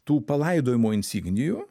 tų palaidojimo insignijų